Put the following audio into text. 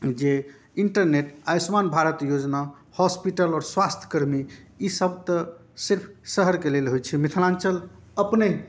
जे इंटरनेट आयुष्मान भारत योजना हॉस्पिटल आओर स्वास्थयकर्मी ई सब तऽ सिर्फ शहरके लेल होइ छै मिथिलाञ्चल अपने